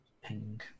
ping